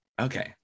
okay